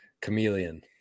chameleon